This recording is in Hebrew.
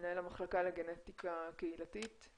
מנהל המחלקה לגנטיקה קהילתית.